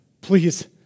please